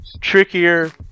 trickier